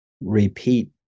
repeat